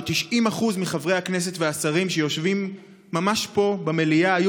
ש-90% מחברי הכנסת והשרים שיושבים ממש פה במליאה היו